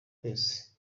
twese